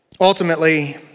ultimately